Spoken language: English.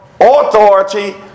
authority